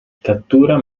cattura